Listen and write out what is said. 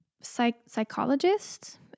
psychologist